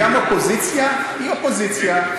גם אופוזיציה היא אופוזיציה.